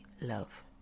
Love